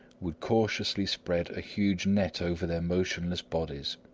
would cautiously spread a huge net over their motionless bodies.